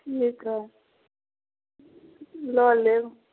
ठीक हइ लऽ लेब